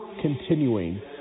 continuing